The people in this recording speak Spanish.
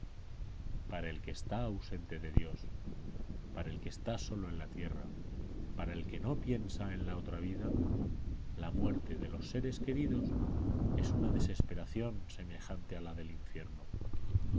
para el que está ausente de dios para el que está solo en la tierra para el que no piensa en la otra vida la muerte de los seres queridos es una desesperación semejante a la del infierno